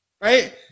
right